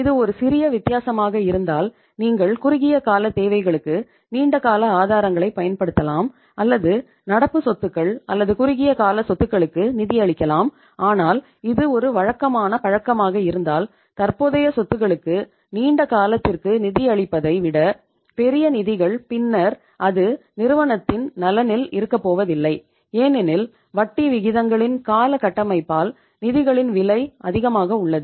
இது ஒரு சிறிய வித்தியாசமாக இருந்தால் நீங்கள் குறுகிய கால தேவைகளுக்கு நீண்ட கால ஆதாரங்களைப் பயன்படுத்தலாம் அல்லது நடப்பு சொத்துக்கள் அல்லது குறுகிய கால சொத்துக்களுக்கு நிதியளிக்கலாம் ஆனால் இது ஒரு வழக்கமான பழக்கமாக இருந்தால் தற்போதைய சொத்துகளுக்கு நீண்ட காலத்திற்கு நிதியளிப்பதை விட பெரியது நிதிகள் பின்னர் அது நிறுவனத்தின் நலனில் இருக்கப்போவதில்லை ஏனெனில் வட்டி விகிதங்களின் கால கட்டமைப்பால் நிதிகளின் விலை அதிகமாக உள்ளது